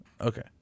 Okay